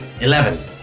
Eleven